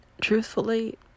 truthfully